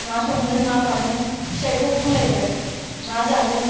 मा संगोन मा मागोन फिसाइखौ बुंलायबाय मा जागोन